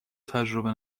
تجربه